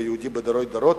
ויהודי מדורי דורות,